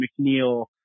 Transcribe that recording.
McNeil